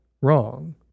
wrong